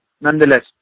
Nonetheless